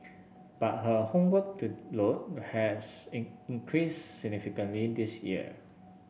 but her homework to load has in increased significantly this year